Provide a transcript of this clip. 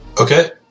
Okay